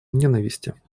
ненависти